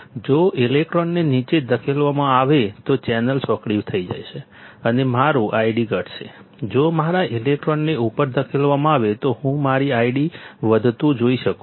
જો ઇલેક્ટ્રોનને નીચે ધકેલવામાં આવે તો ચેનલ સાંકડી થઈ જશે અને મારું ID ઘટશે જો મારા ઈલેક્ટ્રોનને ઉપર ધકેલવામાં આવે તો હું મારી ID વધતું જોઈ શકું છું